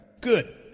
Good